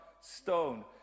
stone